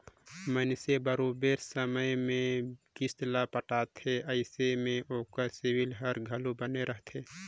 मइनसे बरोबेर समे में किस्त ल पटाथे अइसे में ओकर सिविल हर घलो बने रहथे